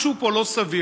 משהו פה לא סביר.